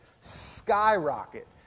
skyrocket